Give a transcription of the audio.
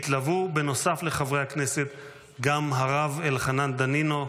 התלוו בנוסף לחברי הכנסת גם הרב אלחנן דנינו,